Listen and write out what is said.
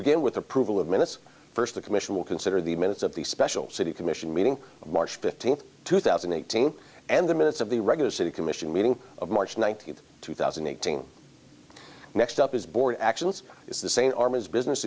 begin with approval of minutes first the commission will consider the minutes of the special city commission meeting march fifteenth two thousand and eighteen and the minutes of the regular city commission meeting of march nineteenth two thousand and eighteen next up is board actions is the same arm as business